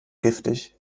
giftig